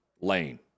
lane